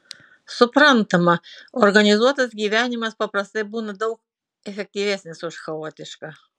suprantama organizuotas gyvenimas paprastai būna daug efektyvesnis už chaotišką